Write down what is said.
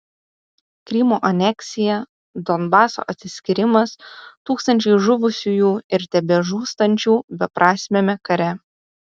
krymo aneksija donbaso atsiskyrimas tūkstančiai žuvusiųjų ir tebežūstančių beprasmiame kare